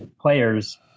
players